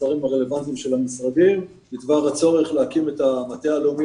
בקטעים הרלוונטיים של המשרדים הצורך להקים את המטה הלאומי